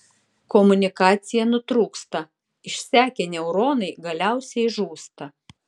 komunikacija nutrūksta išsekę neuronai galiausiai žūsta